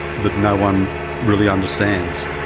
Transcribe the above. that no-one really understands.